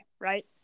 right